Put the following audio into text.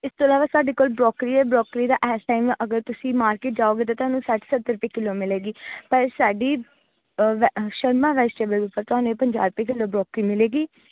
ਇਸ ਤੋਂ ਇਲਾਵਾ ਸਾਡੇ ਕੋਲ ਬਰੋਕਰੀ ਆ ਬਰੋਕਰੀ ਦਾ ਇਸ ਟਾਈਮ ਅਗਰ ਤੁਸੀਂ ਮਾਰਕਿਟ ਜਾਉਗੇ ਤਾਂ ਤੁਹਾਨੂੰ ਸੱਠ ਸੱਤਰ ਰੁਪਏ ਕਿੱਲੋ ਮਿਲੇਗੀ ਪਰ ਸਾਡੀ ਵੈ ਸ਼ਰਮਾ ਵੈਜੀਟੇਬਲ ਪਰ ਤੁਹਾਨੂੰ ਇਹ ਪੰਜਾਹ ਰੁਪਏ ਕਿੱਲੋ ਬਰੋਕਰੀ ਮਿਲੇਗੀ